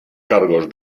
cargos